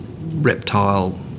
reptile